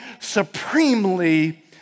supremely